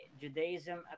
Judaism